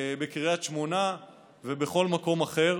בקריית שמונה ובכל מקום אחר.